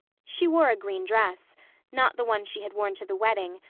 she wore a green dress not the one she had worn to the wedding,